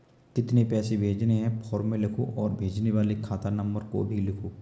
कितने पैसे भेजने हैं फॉर्म में लिखो और भेजने वाले खाता नंबर को भी लिखो